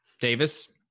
Davis